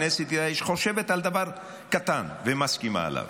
הכנסת חושבת על דבר קטן ומסכימה עליו.